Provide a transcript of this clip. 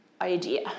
idea